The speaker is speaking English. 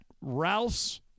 Ralph's